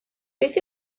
beth